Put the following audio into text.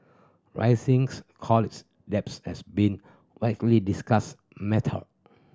risings college debts has been widely discussed matter